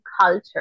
culture